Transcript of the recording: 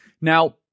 Now